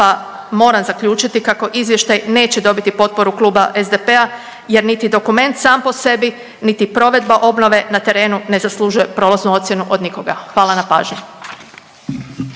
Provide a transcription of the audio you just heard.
pa moram zaključiti kako izvještaj neće dobiti potporu kluba SDP-a jer niti dokument sam po sebi niti provedba obnove na terenu ne zaslužuje prolaznu ocjenu od nikoga. Hvala na pažnji.